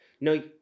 no